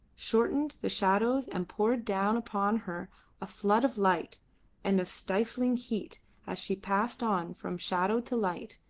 shortened the shadows and poured down upon her a flood of light and of stifling heat as she passed on from shadow to light,